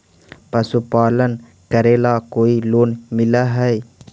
पशुपालन करेला कोई लोन मिल हइ?